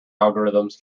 algorithms